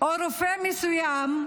או רופא מסוים,